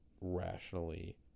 rationally